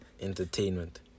Entertainment